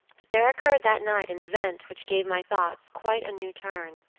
but there occurred that night an event which gave my thoughts quite a new turn,